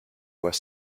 was